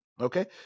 Okay